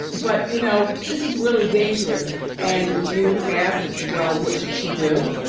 but you know, this is really dangerous and you ask, well, what should she do?